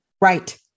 Right